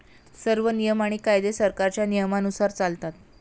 सर्व नियम आणि कायदे सरकारच्या नियमानुसार चालतात